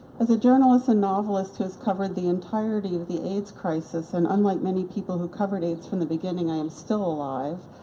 as a journalist and novelist who has covered the entirety of the aids crisis, and unlike many people who covered aids from the beginning, i am still alive.